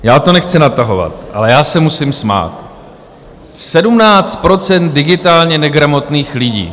Já to nechci natahovat, ale já se musím smát 17 % digitálně negramotných lidí!